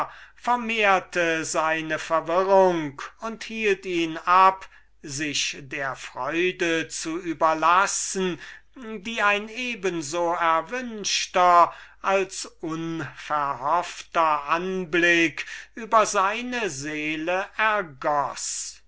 vermehrte seine verwirrung und hielt ihn zurück sich der freude zu überlassen welche ein eben so erwünschter als wenig verhoffter anblick über seine seele ergoß